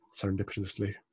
serendipitously